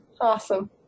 awesome